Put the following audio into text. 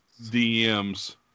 DMs